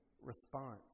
response